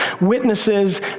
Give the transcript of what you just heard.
witnesses